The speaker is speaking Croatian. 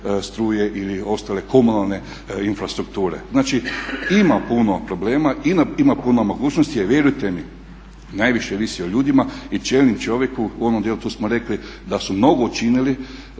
struje ili ostale komunalne infrastrukture. Znači ima puno problema, ima puno mogućnosti a vjerujte mi najviše ovisi o ljudima i čelnom čovjeku u onom dijelu to smo rekli da su mnogo učinili